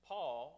Paul